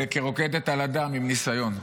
כרוקדת על הדם עם ניסיון.